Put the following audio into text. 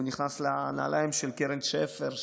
הוא נכנס לנעליים של קרן שפר,